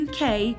UK